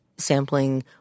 sampling